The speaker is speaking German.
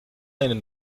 ihnen